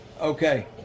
Okay